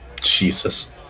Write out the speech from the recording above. Jesus